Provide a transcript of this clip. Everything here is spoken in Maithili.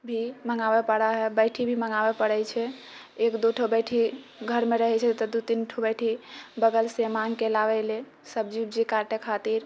ई भी मङ्गाबै पड़ै हय बैठी भी मङ्गाबै पड़ै छै एक दू ठो बैठी घरमे रहै छै तऽ दू तीन ठो बैठी बगलसँ माङ्गके लाबै ले सब्जी उब्जी काटै खातिर